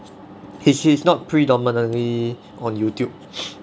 he's he's not predominantly on Youtube